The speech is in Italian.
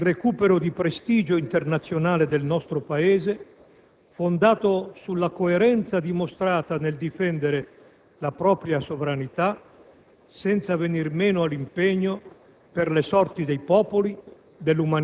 Al tempo stesso rimarco che le preoccupazioni e le obiezioni da me espresse chiedono una pronta e forte riflessione.